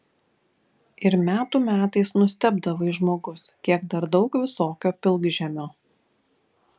ir metų metais nustebdavai žmogus kiek dar daug visokio pilkžemio